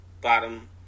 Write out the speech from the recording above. bottom